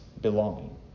belonging